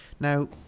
Now